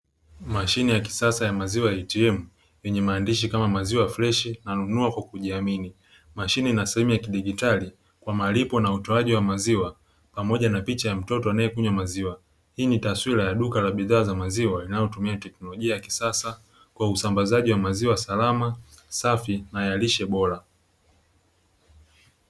Mashine ya kisasa ya maziwa ya "ATM" yenye maandishi kama maziwa freshi nanunua kwa kujiamini. Mashine ina sehemu ya kidijitali kwa malipo na utoaji wa maziwa pamoja na picha ya mtoto anayekunywa maziwa. Hii ni taswira ya duka la bidhaa za maziwa, linalotumia teknolojia ya kisasa kwa usambazaji wa maziwa salama, safi na ya lishe bora.